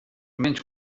menys